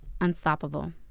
unstoppable